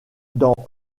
dans